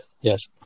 yes